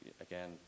again